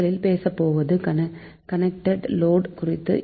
முதலில் பேசப்போவது connected load குறித்து